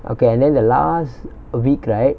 okay and then the last week right